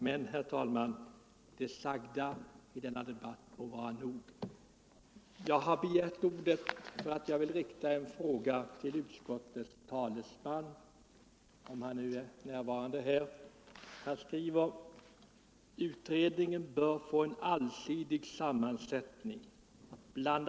Men, herr talman, det sagda i denna debatt får vara nog. Jag begärde ordet för att rikta en fråga till utskottets talesman, om han är närvarande i kammaren. Man säger i utskottsbetänkandet: ”Utredningen bör få en allsidig sammansättning. BI.